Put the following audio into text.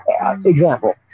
Example